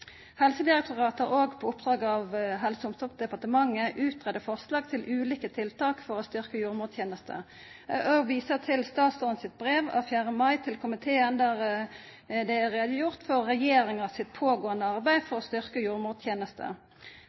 Helsedirektoratet har òg på oppdrag av Helse- og omsorgsdepartementet greidd ut forslag til ulike tiltak for å styrkja jordmortenesta. Eg vil òg visa til statsrådens brev av 4. mai til komiteen, der det er gjort greie for regjeringa sitt pågåande arbeid for å